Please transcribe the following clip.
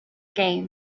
game